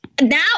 Now